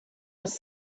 was